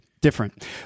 Different